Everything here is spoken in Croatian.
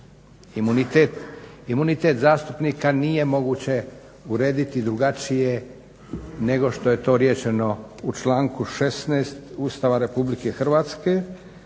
Imunitet zastupnika nije moguće urediti drugačije nego što je to riješeno u članku 16. Ustava RH dakle